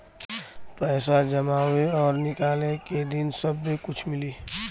पैसा जमावे और निकाले के दिन सब्बे कुछ मिली